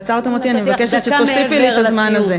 נתתי לך דקה מעבר לזמן.